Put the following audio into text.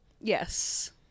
yes